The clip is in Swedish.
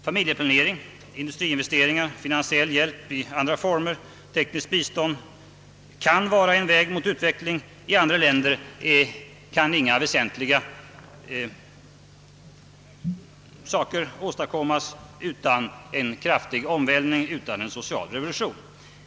Familjeplanering, industriinvesteringar, finansiell hjälp i andra former och tekniskt bistånd kan vara en utvecklingsväg. I andra länder kan ingenting väsentligt åstadkommas utan en social revolution.